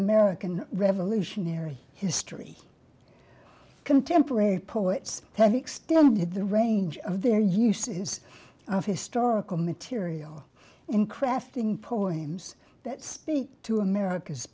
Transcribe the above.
american revolutionary history contemporary poets have extended the range of their uses of historical material in crafting poems that speak to america's